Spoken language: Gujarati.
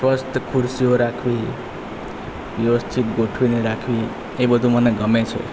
સ્વસ્થ ખૂરશીઓ રાખવી વ્યવસ્થિત ગોઠવીને રાખવી એ બધું મને ગમે છે